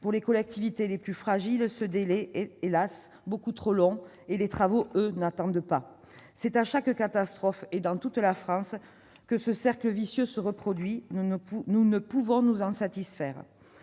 Pour les collectivités les plus fragiles, ce délai est, hélas, beaucoup trop long et les travaux, eux, n'attendent pas. C'est à chaque catastrophe et dans toute la France que ce cercle vicieux se reproduit. Nous ne pouvons nous en satisfaire.